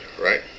right